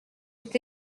est